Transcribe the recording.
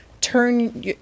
turn